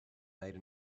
made